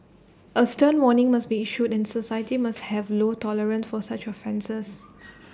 A stern warning must be issued and society must have low tolerance for such offences